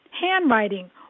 handwriting